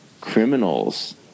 criminals